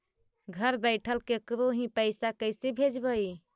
घर बैठल केकरो ही पैसा कैसे भेजबइ?